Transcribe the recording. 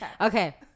Okay